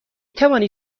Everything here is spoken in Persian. توانی